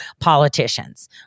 politicians